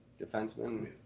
defenseman